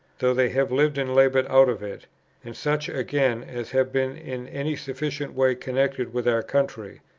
though they have lived and laboured out of it and such, again, as have been in any sufficient way connected with our country,